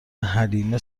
حلیمه